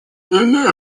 или